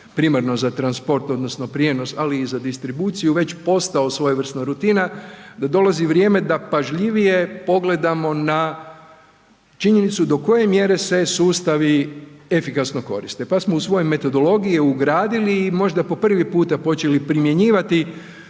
primarno za transport odnosno prijenos ali i za distribuciju već postao svojevrsna rutina, da dolazi vrijeme da pažljivije pogledamo na činjenicu do koje mjere se sustavi efikasno koriste. Pa smo u svoju metodologije ugradili i možda po prvi puta počeli primjenjivati